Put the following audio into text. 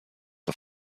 the